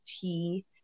tea